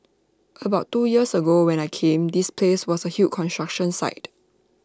about two years ago when I came this place was A huge construction site